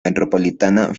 metropolitana